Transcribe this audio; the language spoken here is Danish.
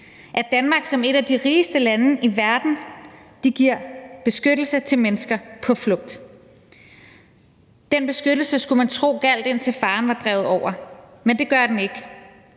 at Danmark som et af de rigeste lande i verden giver beskyttelse til mennesker på flugt. Den beskyttelse skulle man tro gjaldt, indtil faren var drevet over, men det gør den ikke.